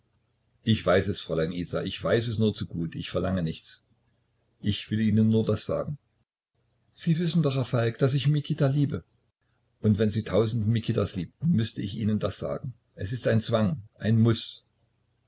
ich weiß es fräulein isa ich weiß es nur zu gut ich verlange nichts ich will ihnen nur das sagen sie wissen doch herr falk daß ich mikita liebe und wenn sie tausend mikitas liebten müßt ich ihnen das sagen es ist ein zwang ein muß